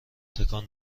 تکان